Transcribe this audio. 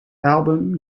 album